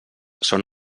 són